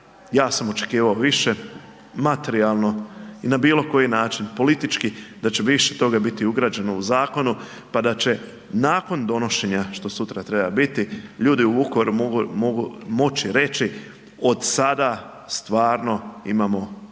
ja sam očekivao više, materijalno i na bilo koji način, politički da će više toga biti ugrađeno u zakonu pa da će nakon donošenja što sutra treba biti ljudi u Vukovaru mogu moći reći od sada stvarno imamo nešto